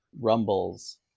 rumbles